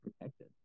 protected